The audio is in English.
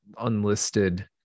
unlisted